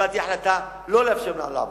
וקיבלתי החלטה לא לאפשר להם לעבוד,